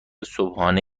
صبحانه